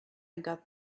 got